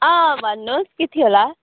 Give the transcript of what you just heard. अँ भन्नुहोस् के थियो होला